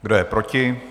Kdo je proti?